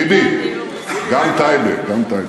טיבי, גם טייבה, גם טייבה.